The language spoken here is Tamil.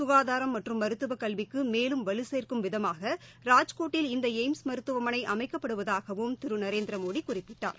சுகாதாரம் மற்றும் மருத்துவக் கல்விக்கு மேலும் வலுசேர்க்கும் விதமாக ராஜ்கோட்டில் இந்த எய்ம்ஸ் மருத்துவமனை அமைக்கப்படுவதாகவும் திரு நரேந்திரமோடி குறிப்பிட்டார்